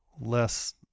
less